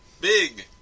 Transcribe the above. Big